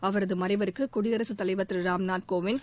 அவரது மறைவுக்கு குடியரகத்தலைவர் திரு ராம்நாத் கோவிந்த்